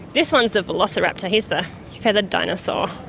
this one is the velociraptor, he's the feathered dinosaur.